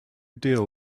deal